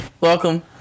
Welcome